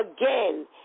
again